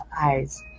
eyes